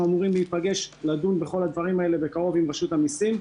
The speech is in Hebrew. אמורים להיפגש לדון בכל הדברים האלה בקרוב עם רשות המיסים.